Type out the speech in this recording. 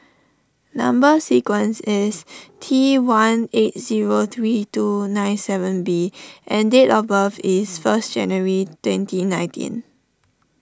Number Sequence is T one eight zero three two nine seven B and date of birth is first January twenty nineteen